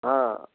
हाँ